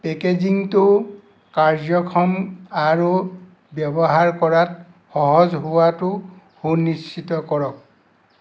পেকেজিংটো কাৰ্যক্ষম আৰু ব্যৱহাৰ কৰাত সহজ হোৱাটো সুনিশ্চিত কৰক